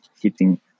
hitting